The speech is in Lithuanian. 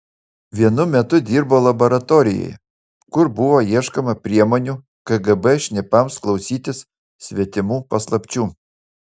vienu metu dirbo laboratorijoje kur buvo ieškoma priemonių kgb šnipams klausytis svetimų paslapčių